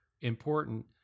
important